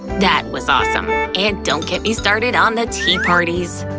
that was awesome. and don't get me started on the tea parties.